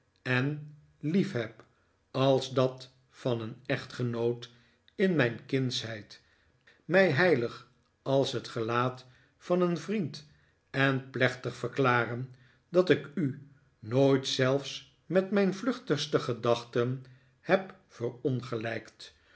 en liefheb als dat van een echtgenoot in mijn kindsheid mij heilig als het gelaat van een vriend en plechtig verklaren dat ik u nooit zelfs met mijn vluchtigste gedachten heb